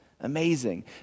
Amazing